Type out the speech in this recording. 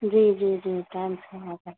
جی جی جی ٹائم سے ہو گیا